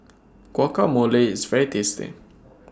Guacamole IS very tasty